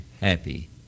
happy